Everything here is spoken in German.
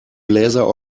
bläser